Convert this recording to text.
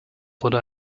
wurde